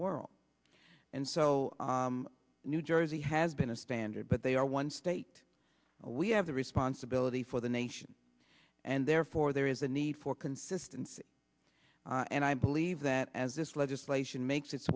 world and so new jersey has been a standard but they are one state we have the responsibility for the nation and therefore there is a need for consistency and i believe that as this legislation makes its